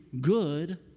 good